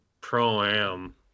Pro-Am